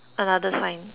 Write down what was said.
another sign